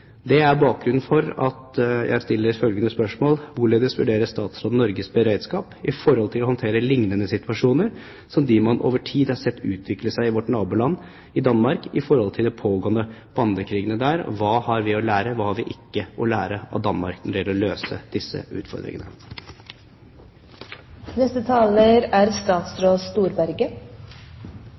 Det er bakgrunnen for at jeg stiller følgende spørsmål: Hvorledes vurderer statsråden Norges beredskap for å håndtere liknende situasjoner som dem man over tid har sett utvikle seg i vårt naboland Danmark, og de pågående «bandekrigene» der? Hva har vi å lære, og hva har vi ikke å lære av Danmark når det gjelder å løse disse utfordringene? Det er